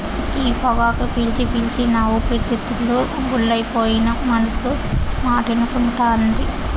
ఈ పొగాకు పీల్చి పీల్చి నా ఊపిరితిత్తులు గుల్లైపోయినా మనసు మాటినకుంటాంది